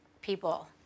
people